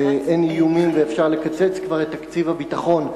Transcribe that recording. אין איומים וכבר אפשר לקצץ את תקציב הביטחון.